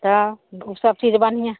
तऽ ओ सब चीज बढ़िऑं